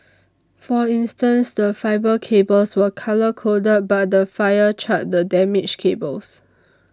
for instance the fibre cables were colour coded but the fire charred the damaged cables